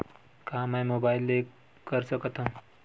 का मै मोबाइल ले कर सकत हव?